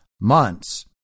months